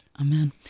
Amen